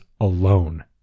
alone